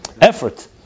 effort